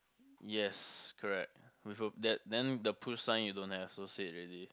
yes correct with a that then the pool sign you don't have so said ready